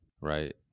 right